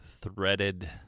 threaded